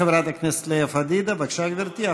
חברת הכנסת לאה פדידה, בבקשה, גברתי.